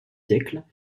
siècles